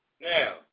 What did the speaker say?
Now